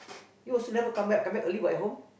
you also never come back come back early back home